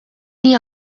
hija